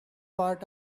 part